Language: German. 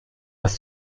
was